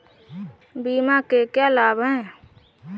बीमा के क्या लाभ हैं?